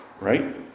right